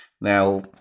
Now